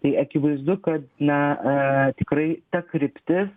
tai akivaizdu kad ne tikrai ta kryptis